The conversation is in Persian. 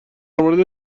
مورد